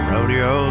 Rodeo